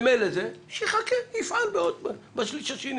שייקח, יפעל בשליש השני